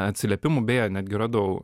atsiliepimų beje netgi radau